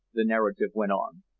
the narrative went on.